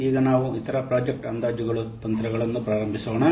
ಈಗ ನಾವು ಇತರ ಪ್ರಾಜೆಕ್ಟ್ ಅಂದಾಜು ತಂತ್ರಗಳನ್ನು ಪ್ರಾರಂಭಿಸೋಣ